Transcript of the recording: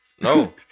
No